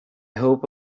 hope